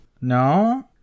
no